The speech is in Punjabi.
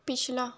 ਪਿਛਲਾ